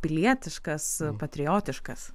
pilietiškas patriotiškas